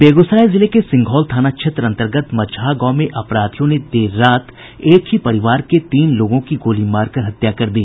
बेगूसराय जिले के सिंघौल थाना क्षेत्र अन्तर्गत मचहा गांव में अपराधियों ने देर रात एक ही परिवार के तीन लोगों की गोलीमार कर हत्या कर दी